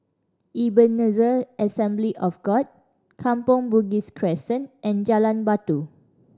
Ebenezer Assembly of God Kampong Bugis Crescent and Jalan Batu